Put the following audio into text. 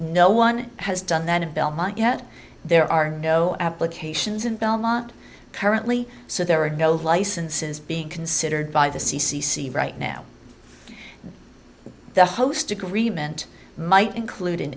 no one has done that in belmont yet there are no applications in belmont currently so there are no licenses being considered by the c c c right now the host agreement might include